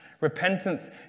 Repentance